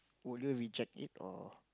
would you reject it or